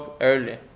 early